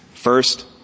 First